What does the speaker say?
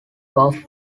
buff